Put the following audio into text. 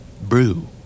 Brew